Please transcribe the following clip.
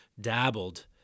dabbled